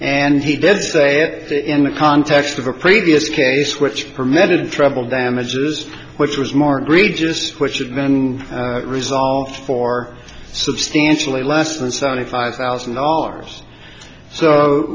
and he did say in the context of a previous case which permitted treble damages which was more greed just which had been resolved for substantially less than seventy five thousand dollars so